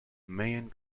mayan